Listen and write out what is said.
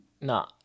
No